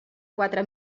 quatre